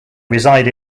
reside